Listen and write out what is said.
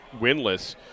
winless